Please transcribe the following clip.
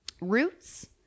Roots